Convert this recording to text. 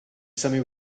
semi